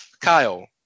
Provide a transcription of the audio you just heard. Kyle